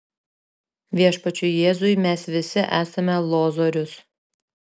viešpačiui jėzui mes visi esame lozorius